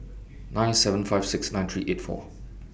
nine seven five six nine three eight four